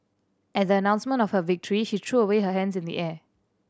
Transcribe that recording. at the announcement of her victory she threw away her hands in the air